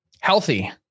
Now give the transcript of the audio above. Healthy